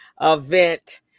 event